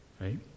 Right